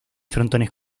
frontones